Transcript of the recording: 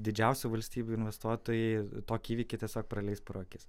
didžiausių valstybių investuotojai tokį įvykį tiesiog praleis pro akis